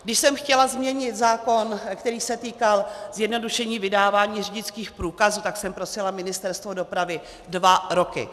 Když jsem chtěla změnit zákon, který se týkal zjednodušení vydávání řidičských průkazů, tak jsem prosila Ministerstvo dopravy dva roky.